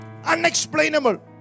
Unexplainable